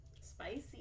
Spicy